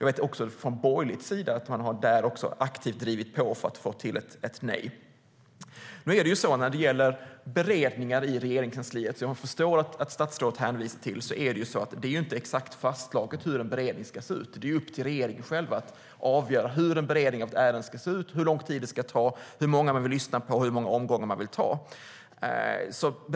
Också den borgerliga sidan har aktivt drivit på för att få till ett nej där. När det gäller beredningar i Regeringskansliet, som statsrådet hänvisar till, är det inte exakt fastslaget hur en beredning ska se ut. Det är upp till regeringen att avgöra hur en beredning av ett ärende ska se ut, hur lång tid den ska ta, hur många man vill lyssna på och hur många omgångar man vill göra.